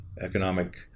economic